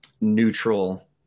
neutral